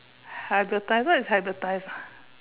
hybridiser is hybridise ah